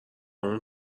اون